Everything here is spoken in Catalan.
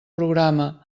programa